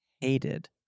hated